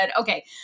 okay